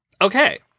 Okay